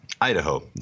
Idaho